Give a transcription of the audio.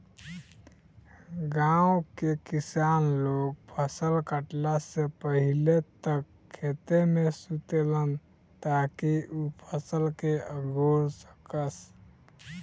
गाँव के किसान लोग फसल काटला से पहिले तक खेते में सुतेलन ताकि उ फसल के अगोर सकस